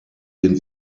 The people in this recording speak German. den